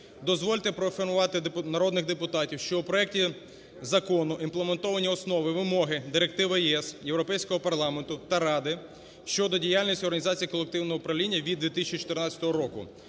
Дозвольте проінформувати народних депутатів, що у проекті Закону імплементовані основи і вимоги директиви ЄС, Європейського парламенту та Ради щодо діяльності організації